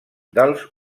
dels